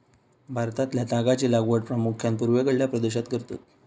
भारतातल्या तागाची लागवड प्रामुख्यान पूर्वेकडल्या प्रदेशात करतत